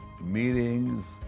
meetings